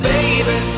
Baby